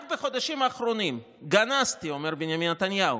רק בחודשים האחרונים גנזתי" אומר בנימין נתניהו,